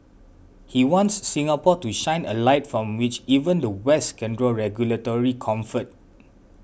he wants Singapore to shine a light from which even the West can draw regulatory comfort